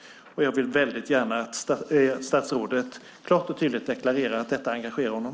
Jag vill väldigt gärna att statsrådet klart och tydligt deklarerar att detta engagerar honom.